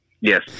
Yes